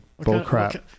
bullcrap